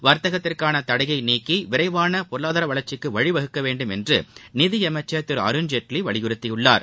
வர்த்தகத்திற்கான தடையை நீக்கி விரைவான பொருளாதார வளர்ச்சிக்கு வழிவகுக்க வேண்டும் என்று நிதியமைச்சர் திரு அருண்ஜேட்லி வலியுறுத்தியுள்ளார்